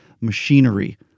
machinery